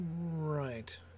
Right